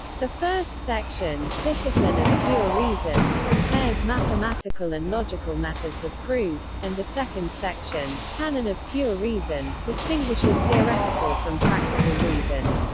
the first section, discipline of pure reason, compares mathematical and logical methods of proof, and the second section, canon of pure reason, distinguishes theoretical from practical reason.